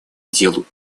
делу